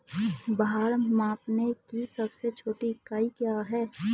भार मापने की सबसे छोटी इकाई क्या है?